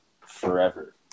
forever